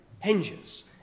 hinges